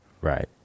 Right